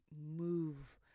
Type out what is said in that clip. move